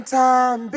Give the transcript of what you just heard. time